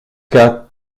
qu’a